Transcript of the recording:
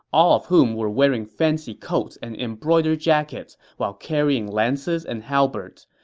all of whom were wearing fancy coats and embroidered jackets while carrying lances and halberds.